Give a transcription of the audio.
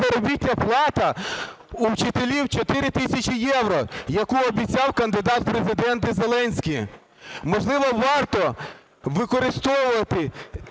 заробітна плата у вчителів 4 тисячі євро, яку обіцяв кандидат в Президенти Зеленський? Можливо, варто використовувати